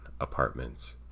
apartments